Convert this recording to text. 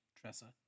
Tressa